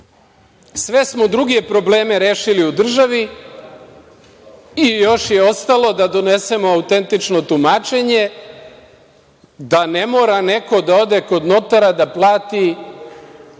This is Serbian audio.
smo druge probleme rešili u državi i još je ostalo da donesemo autentično tumačenje da ne mora neko da ode kod notara da plati